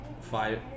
five